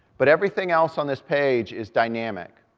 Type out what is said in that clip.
but everything else on this page is dynamic.